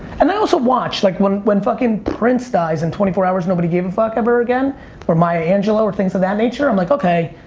and i also watch like when when fuckin' prince dies, in twenty four hours nobody gave a fuck ever again or maya angelou or things of that nature, i'm like okay,